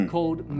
Called